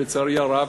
שלצערי הרב,